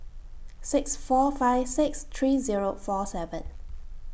six four five six three Zero four seven